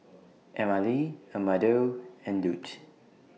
Emmalee Amado and Lute